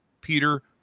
Peter